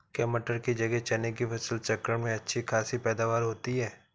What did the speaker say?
क्या मटर की जगह चने की फसल चक्रण में अच्छी खासी पैदावार होती है?